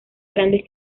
grandes